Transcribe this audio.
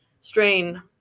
strain